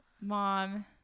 mom